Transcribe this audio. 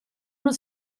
non